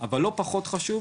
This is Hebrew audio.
אבל לא פחות חושב